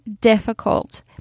difficult